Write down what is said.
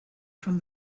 from